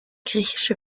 griechische